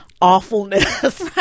awfulness